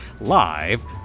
live